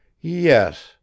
Yes